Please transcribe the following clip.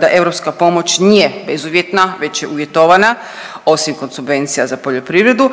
da europska pomoć nije bezuvjetna već je uvjetovana, osim kod subvencija za poljoprivredu,